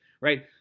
right